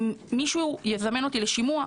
אם מישהו יזמן אותי לשימוע,